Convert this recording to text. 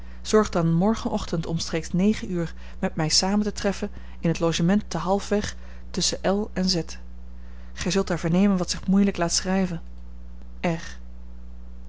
zorg dan morgenochtend omstreeks negen uur met mij samen te treffen in het logement te halfweg tusschen l en z gij zult daar vernemen wat zich moeielijk laat schrijven